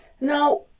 Now